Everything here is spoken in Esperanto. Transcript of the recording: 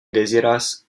deziras